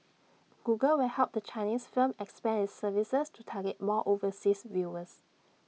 Google will help the Chinese firm expand its services to target more overseas viewers